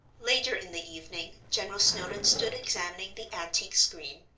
later in the evening general snowdon stood examining the antique screen.